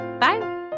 Bye